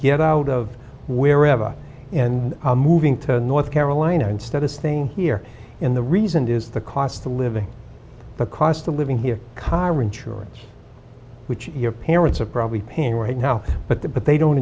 get out of wherever and moving to north carolina and status thing here in the reason is the cost of living the cost of living here car insurance which your parents are probably paying right now but the but they don't